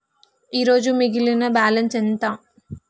ఈరోజు మిగిలిన బ్యాలెన్స్ ఎంత?